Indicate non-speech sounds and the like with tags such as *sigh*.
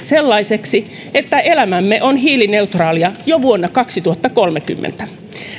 *unintelligible* sellaisiksi että elämämme on hiilineutraalia jo vuonna kaksituhattakolmekymmentä